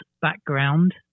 background